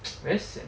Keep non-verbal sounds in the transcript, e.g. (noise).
(noise) very sian